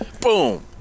boom